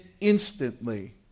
instantly